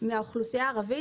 מהאוכלוסייה הערבית.